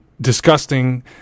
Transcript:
disgusting